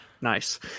nice